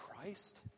christ